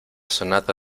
sonata